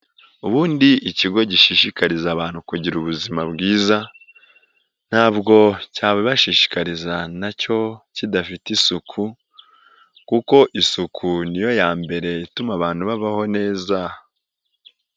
Ubundi ikigo gishishikariza abantu kugira ubuzima bwiza ntabwo cyabibashishikariza nacyo kidafite isuku kuko isuku niyo ya mbere ituma abantu babaho neza.